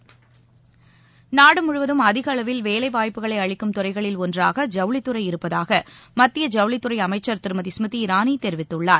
நாடு முழுவதும் அதிக அளவில் வேலைவாய்ப்புகளை அளிக்கும் துறைகளில் ஒன்றாக ஜவுளித்துறை இருப்பதாக மத்திய ஜவுளித்துறை அமைச்சர் திருமதி ஸ்மிருதி இரானி தெரிவித்துள்ளார்